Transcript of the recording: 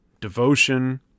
devotion